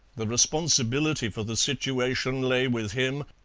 the responsibility for the situation lay with him,